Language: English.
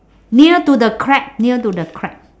near to the crack near to the crack